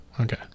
Okay